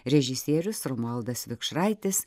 režisierius romualdas vikšraitis